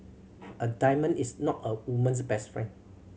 a diamond is not a woman's best friend